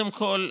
קודם כול,